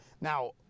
Now